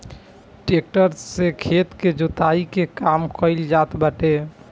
tractor से खेत के जोताई के काम कइल जात बाटे